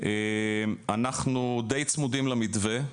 אנחנו די צמודים למתווה.